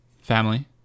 family